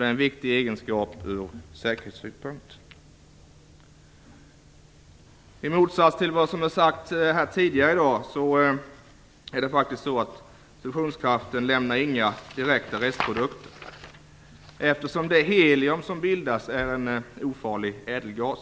Det är en viktig egenskap ur säkerhetssynpunkt. I motsats till vad som är sagt här tidigare i dag lämnar fusionskraften inga direkta restprodukter. Det helium som bildas är en ofarlig ädelgas.